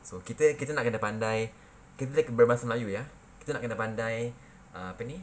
so kita kita nak kena pandai kita berbahasa melayu ya kita nak kena pandai uh apa ni